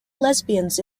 lesbians